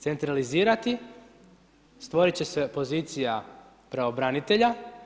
Centralizirati, stvoriti će se pozicija pravobranitelja.